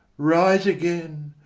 rise again,